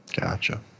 gotcha